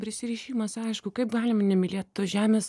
prisirišimas aišku kaip galima nemylėt tos žemės